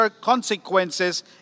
consequences